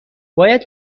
باید